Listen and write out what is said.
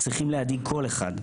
צריכים להדאיג כל אחד,